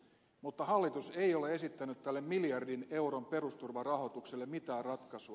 mutta hallitus ei ole esittänyt tälle miljardin euron perusturvarahoitukselle mitään ratkaisua